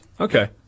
Okay